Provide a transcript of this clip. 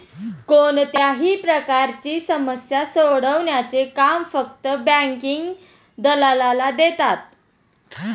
कोणत्याही प्रकारची समस्या सोडवण्याचे काम फक्त बँकिंग दलालाला देतात